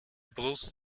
brust